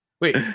Wait